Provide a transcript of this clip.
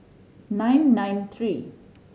nine nine three